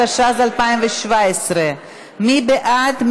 התשע"ז 2017. מי בעד?